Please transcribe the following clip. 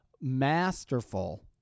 masterful